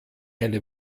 eine